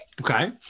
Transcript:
Okay